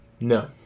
no